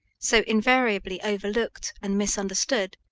so invariably overlooked and misunderstood,